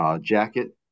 jacket